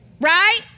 right